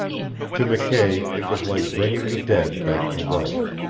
to mckay it was like bringing the dead back to life.